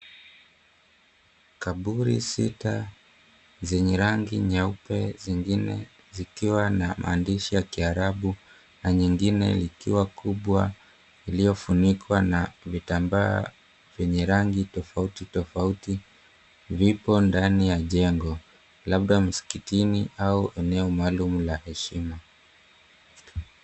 Kaburi sita zenye rangi nyeupe zingine zikiwa na maandishi ya kiarabu na nyengine likiwa kubwa iliyofunikwa na kitambaa yenye rangi tofauti tofauti vipo ndani ya jengo labda msikitini au eneo maalum pa heshima.